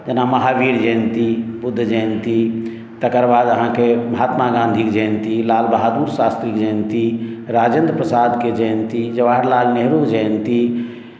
जेना महावीर जयन्ती बुद्ध जयन्ती तकर बाद अहाँके महात्मा गाँधीक जयन्ती लाल बहादुर शास्त्री जयन्ती राजेन्द्र प्रसादके जयन्ती जवाहर लाल नेहरू जयन्ती